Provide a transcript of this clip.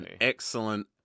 Excellent